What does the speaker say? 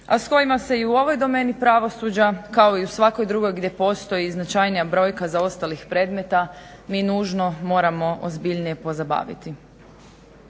a s kojima se i u ovoj domeni pravosuđa kao i u svakoj drugoj gdje postoji značajnija brojka zaostalih predmeta mi nužno moramo ozbiljnije pozabaviti.